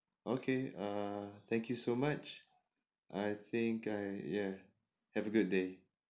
okay err thank you so much I think I ya have a good day